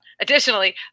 Additionally